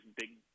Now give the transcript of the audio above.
big